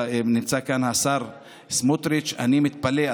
ונמצא כאן השר סמוטריץ': אני מתפלא,